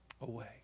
away